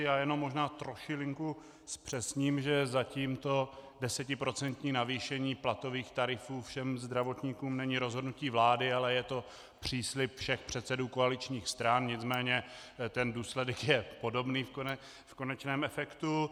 Já jenom možná trošilinku zpřesním, že za tímto desetiprocentním navýšením platových tarifů všem zdravotníkům není rozhodnutí vlády, ale je to příslib všech předsedů koaličních stran, nicméně ten důsledek je podobný v konečném efektu.